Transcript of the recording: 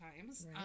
times